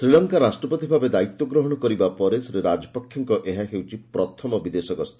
ଶ୍ରୀଲଙ୍କାର ରାଷ୍ଟ୍ରପତି ଭାବେ ଦାୟିତ୍ୱ ଗ୍ରହଣ କରିବା ପରେ ଶ୍ରୀ ରାଜପକ୍ଷେଙ୍କ ଏହା ହେଉଛି ପ୍ରଥମ ବିଦେଶ ଗସ୍ତ